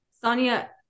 Sonia